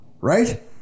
right